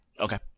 Okay